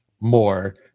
more